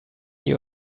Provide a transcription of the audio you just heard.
you